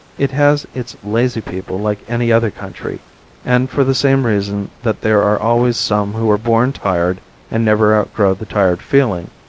it has its lazy people like any other country and for the same reason that there are always some who were born tired and never outgrow the tired feeling,